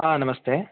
हा नमस्ते